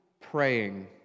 praying